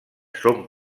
són